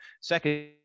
second